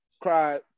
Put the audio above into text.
cried